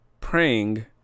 Praying